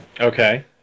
Okay